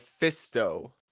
Mephisto